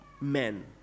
men